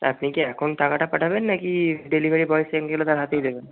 আপনি কি এখন টাকাটা পাঠাবেন নাকি ডেলিভারি বয় সেখানে গেলে তার হাতেই দেবেন